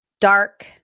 dark